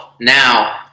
now